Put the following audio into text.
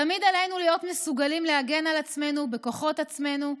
תמיד עלינו להיות מסוגלים להגן על עצמנו בכוחות עצמנו.